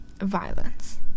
violence